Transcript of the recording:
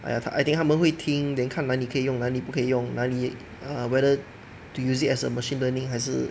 !aiya! I think 他们会听 then 看来哪里可以用哪里不可以用哪里 err whether to use it as a machine learning 还是